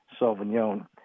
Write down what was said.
Sauvignon